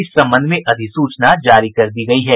इस संबंध में अधिसूचना जारी कर दी गयी है